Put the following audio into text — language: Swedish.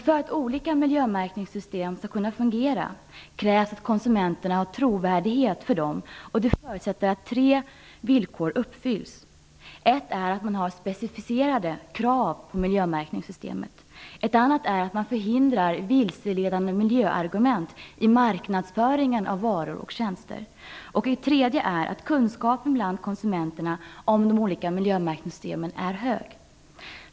För att olika miljömärkningssystem skall kunna fungera krävs det att konsumenterna känner att systemen är trovärdiga, och detta förutsätter att tre villkor uppfylls. Ett är att man har specificerade krav på miljömärkningssystemet. Ett annat är att man förhindrar vilseledande miljöargument i marknadsföringen av varor och tjänster. Ett tredje är att kunskapen bland konsumenterna om de olika miljömärkningssystemen är stor.